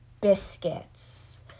biscuits